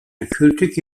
acoustic